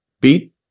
beat